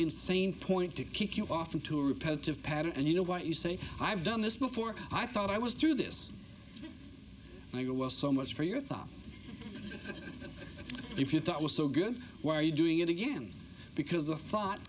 insane point to kick you off into a repetitive pattern and you know what you say i've done this before i thought i was through this and you're well so much for your thought if you thought it was so good why are you doing it again because the thought